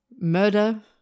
murder